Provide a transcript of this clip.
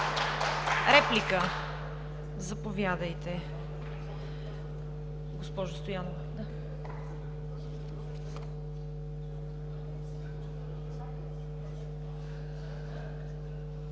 Реплика – заповядайте, госпожо Стоянова.